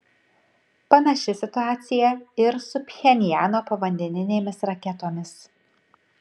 panaši situacija ir su pchenjano povandeninėmis raketomis